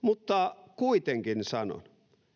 Mutta kuitenkin sanon,